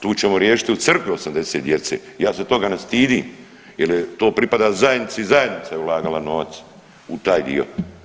Tu ćemo riješiti u crkvi 80 djece, ja se toga ne stidim jer to pripada zajednici, zajednica je ulagala novac u taj dio.